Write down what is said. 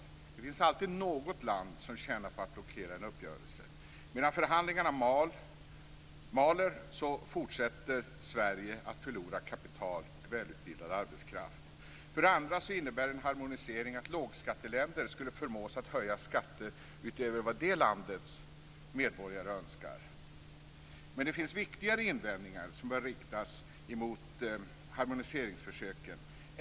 Det finns alltid något land som tjänar på att blockera en uppgörelse. Medan förhandlingarna mal fortsätter Sverige att förlora kapital till välutbildad arbetskraft. För det andra innebär en harmonisering att lågskatteländer skulle förmås att höja skatter utöver vad det landets medborgare önskar. Men det finns viktigare invändningar som bör riktas mot harmoniseringsförsöken.